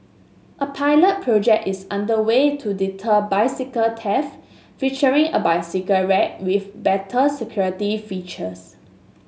a pilot project is under way to deter bicycle theft featuring a bicycle rack with better security features